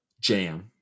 jam